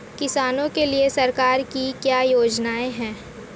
किसानों के लिए सरकार की क्या योजनाएं हैं?